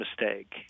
mistake